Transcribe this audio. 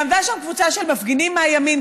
עמדה שם קבוצה של מפגינים מהימין,